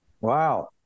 Wow